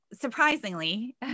surprisingly